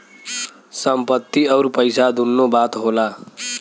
संपत्ति अउर पइसा दुन्नो बात होला